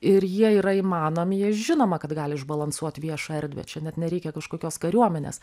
ir jie yra įmanomi jie žinoma kad gali išbalansuot viešą erdvę čia net nereikia kažkokios kariuomenės